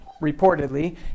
reportedly